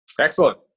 Excellent